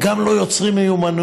הם גם לא יוצרים מיומנויות,